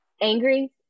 angry